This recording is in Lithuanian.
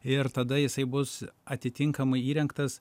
ir tada jisai bus atitinkamai įrengtas